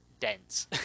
dense